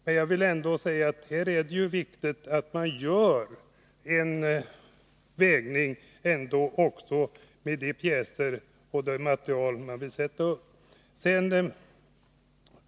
Men det är även viktigt att man gör en avvägning mellan dessa pjäser och det andra material som man vill sätta upp.